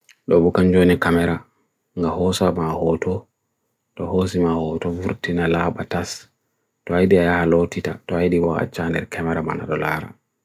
do bu kanjwene kamera nga hosa maa hoto do hosi maa hoto furutina laa batas doa ide aya halo tita, doa ide wa a chanel kamera maa nado lara